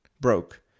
broke